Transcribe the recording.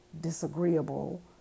disagreeable